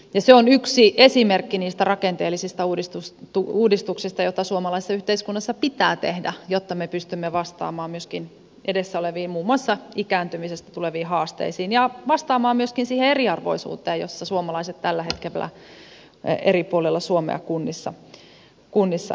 se on yksi esimerkki niistä rakenteellisista uudistuksista joita suomalaisessa yhteiskunnassa pitää tehdä jotta me pystymme vastaamaan myöskin edessä oleviin muun muassa ikääntymisestä tuleviin haasteisiin ja vastaamaan myöskin siihen eriarvoisuuteen jossa suomalaiset tällä hetkellä eri puolilla suomea kunnissa elävät